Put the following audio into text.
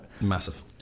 Massive